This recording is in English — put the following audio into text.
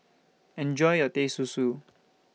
Enjoy your Teh Susu